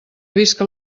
visca